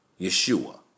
Yeshua